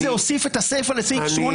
הוסיף את הסיפה לסעיף 8,